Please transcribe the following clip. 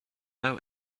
our